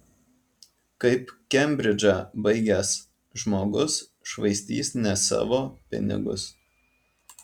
kaip kembridžą baigęs žmogus švaistys ne savo pinigus